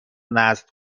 نسل